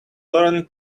learn